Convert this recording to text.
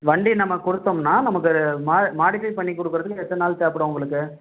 வண்டி நம்ம கொடுத்தோம்னா நமக்கொரு மா மாடிஃபை பண்ணி கொடுக்கிறதுக்கு எத்தனை நாள் தேவைப்படும் உங்களுக்கு